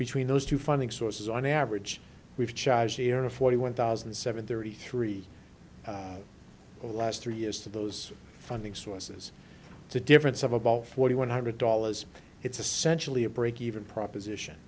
between those two funding sources on average we've charged era forty one thousand seven thirty three over the last three years to those funding sources the difference of about forty one hundred dollars it's essentially a break even proposition